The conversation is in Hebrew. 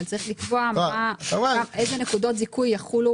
אבל נצטרך לקבוע איזה נקודות זיכוי יחולו